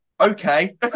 okay